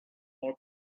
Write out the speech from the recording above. more